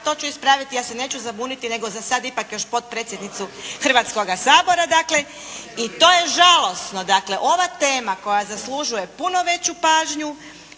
to ću ispraviti, ja se neću zabuniti nego zasad ipak još potpredsjednicu Hrvatskoga sabora dakle i to je žalosno. Dakle ova tema koja zaslužuje puno veću pažnju